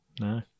No